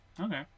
Okay